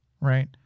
right